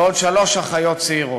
ועוד שלוש אחיות צעירות.